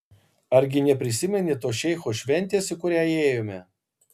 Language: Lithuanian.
argi neprisimeni tos šeicho šventės į kurią ėjome